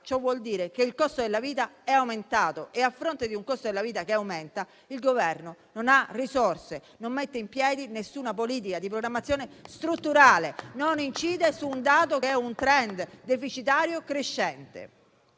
Ciò vuol dire che il costo della vita è aumentato e, a fronte di un costo della vita che aumenta, il Governo non ha risorse, non mette in piedi nessuna politica di programmazione strutturale, non incide sul *trend* deficitario crescente.